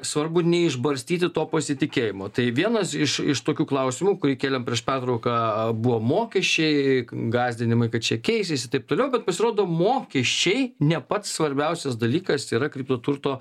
svarbu neišbarstyti to pasitikėjimo tai vienas iš iš tokių klausimų kurį kėlėm prieš pertrauką buvo mokesčiai gąsdinimai kad čia keisis ir taip toliau bet pasirodo mokesčiai ne pats svarbiausias dalykas yra kripto turto